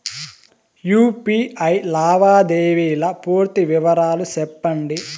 UPI లావాదేవీల పూర్తి వివరాలు సెప్పండి?